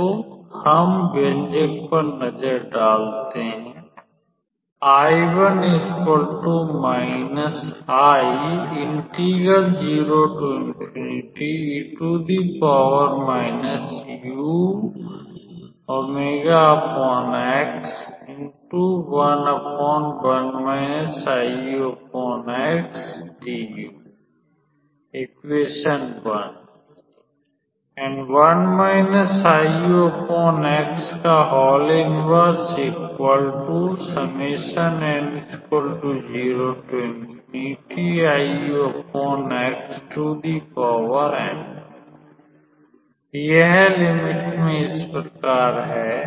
तो हम व्यंजक पर नजर डालते हैं यह लिमिट में इस प्रकार हैं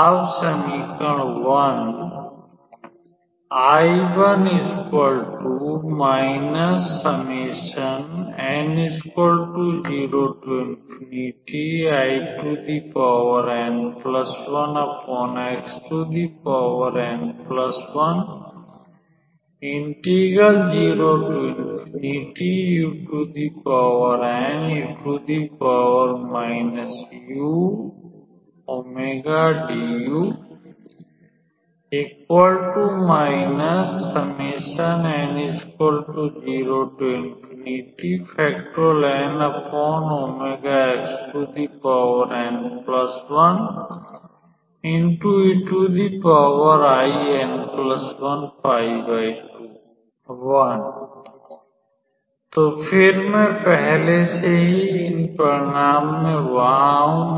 अब समीकरण l तो फिर मैं पहले से ही इन परिणाम में वहाँ हूँ